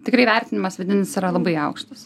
tikrai vertinimas vidinis yra labai aukštas